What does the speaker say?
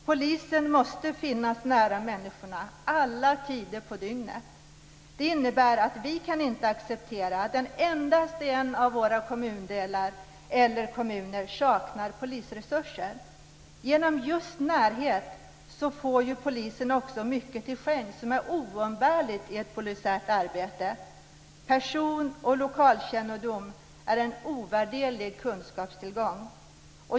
Polisen måste finnas nära människorna alla tider på dygnet. Det innebär att vi inte kan acceptera att en endaste en av våra kommundelar eller kommuner saknar polisresurser. Det är just genom närhet som polisen också får mycket till skänks som är oumbärligt i ett polisiärt arbete. Person och lokalkännedom är en ovärderlig kunskapstillgång.